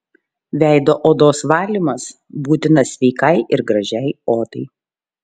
veido odos valymas būtinas sveikai ir gražiai odai